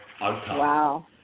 Wow